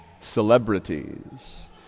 celebrities